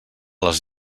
les